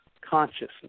consciousness